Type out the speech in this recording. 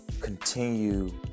continue